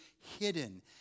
hidden